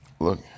Look